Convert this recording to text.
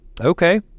Okay